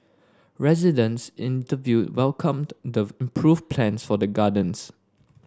residents interviewed welcomed the improved plans for the gardens